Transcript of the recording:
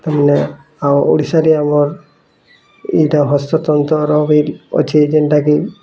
ତାର୍ ମାନେ ଆଉ ଓଡ଼ିଶା କେ ଆମର୍ ଇନ୍ତା ହସ୍ତ ତନ୍ତ୍ର ଅଛେ ଯେନ୍ତା କି